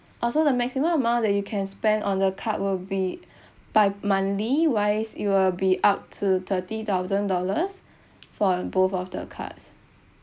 orh so the maximum amount that you can spend on the card will be by monthly wise it will be up to thirty thousand dollars for both of the cards